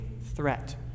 threat